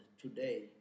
today